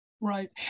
Right